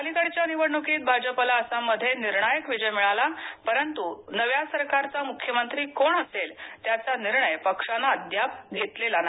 अलिकडच्या निवडणुकीत भाजपाला आसाममध्ये निर्णायक विजय मिळाला परंतु नव्या सरकारचा मुख्यमंत्री कोण असेल त्याचा निर्णय पक्षानं अद्याप घेतलेला नाही